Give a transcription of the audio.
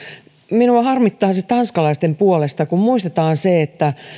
minua harmittaa tanskalaisten puolesta kun muistetaan se että